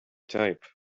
type